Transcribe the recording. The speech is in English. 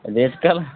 red color